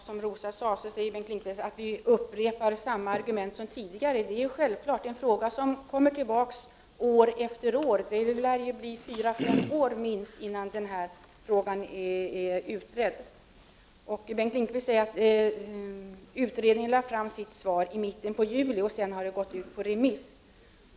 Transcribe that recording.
Herr talman! Bengt Lindqvist säger att vi upprepar samma argument som tidigare. Ja, det är självklart, som Rosa Östh påpekade — detta är ju en fråga som kommer tillbaka år efter år. Det lär ta minst fyra fem år innan frågan är utredd. Bengt Lindqvist säger vidare att utredningen lade fram sitt betänkande i mitten av juli och att förslaget sedan har gått ut på remiss.